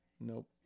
Nope